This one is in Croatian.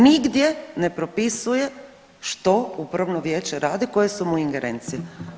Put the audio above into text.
Nigdje ne propisuje što upravno vijeće radi, koje su mu ingerencije.